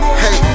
hey